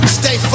stay